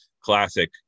classic